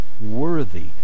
worthy